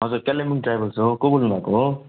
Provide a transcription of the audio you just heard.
हजुर कालिम्पोङ ट्राभल्स हो को बोल्नुभएको हो